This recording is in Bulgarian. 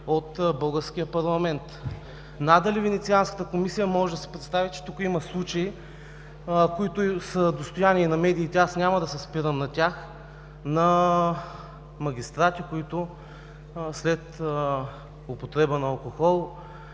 от българския парламент. Надали Венецианската комисия може да си представи, че тук има случаи, които са достояние на медиите, аз няма да се спирам на тях, на магистрати, които след употреба на алкохол